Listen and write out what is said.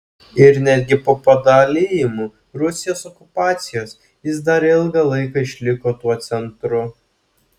ir netgi po padalijimų rusijos okupacijos jis dar ilgą laiką išliko tuo centru